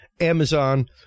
Amazon